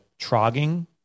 trogging